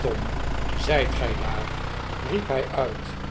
tom zijt gij daar riep hij uit